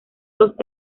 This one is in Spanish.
dos